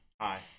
hi